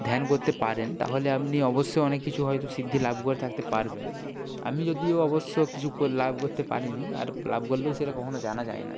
ধ্যান করতে পারেন তাহলে আপনি অবশ্যই অনেক কিছু হয়তো সিদ্ধি লাভ করে থাকতে পারবেন আমি যদিও অবশ্য কিছু করে লাভ করতে পারিনি আর লাভ করলেও সেটা কখনও জানা যায় না